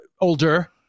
older